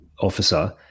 officer